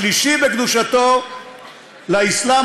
השלישי בקדושתו לאסלאם,